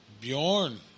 Bjorn